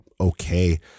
okay